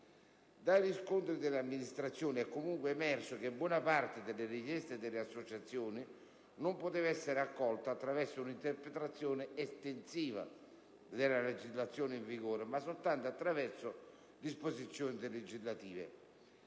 Dai riscontri delle amministrazioni è comunque emerso che buona parte delle richieste delle associazioni non poteva essere accolta attraverso un'interpretazione estensiva della legislazione in vigore, ma soltanto attraverso disposizioni legislative.